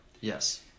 Yes